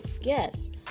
yes